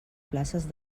places